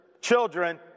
children